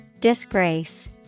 Disgrace